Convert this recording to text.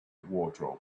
wardrobe